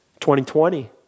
2020